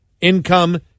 income